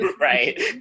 Right